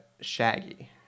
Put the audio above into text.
Shaggy